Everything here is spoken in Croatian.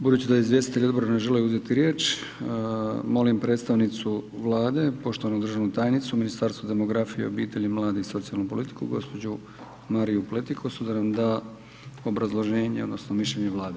Budući da izvjestitelji odbora ne žele uzeti riječ, molim predstavnicu Vlade, poštovanu državnu tajnicu u Ministarstvu demografije, obitelji, mladih i socijalnu politiku gđu. Mariju Pletikosu da nam da obrazloženje, odnosno mišljenje Vlade.